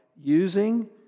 Using